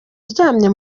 uryamye